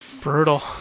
Brutal